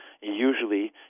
usually